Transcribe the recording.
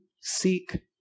seek